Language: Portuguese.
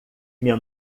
meu